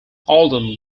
although